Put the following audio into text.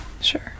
Sure